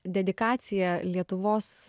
dedikacija lietuvos